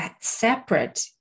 separate